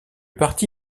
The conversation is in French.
parti